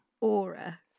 aura